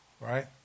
Right